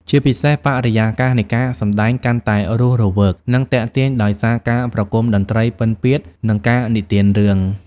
ជាពិសេស បរិយាកាសនៃការសម្តែងកាន់តែរស់រវើក និងទាក់ទាញដោយសារការប្រគំតន្ត្រីពិណពាទ្យ និងការនិទានរឿង។